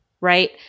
right